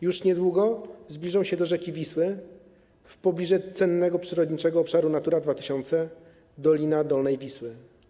Już niedługo zbliżą się do rzeki Wisły, w pobliże cennego przyrodniczego obszaru Natura 2000 Dolina Dolnej Wisły.